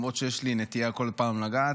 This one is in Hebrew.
למרות שיש לי נטייה כל פעם לגעת,